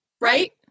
right